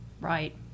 right